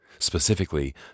Specifically